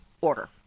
order